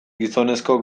gizonezko